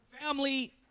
Family